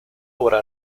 obra